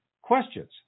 questions